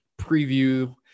preview